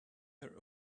were